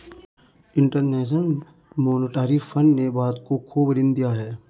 international monetary fund ने भारत को खूब ऋण दिया है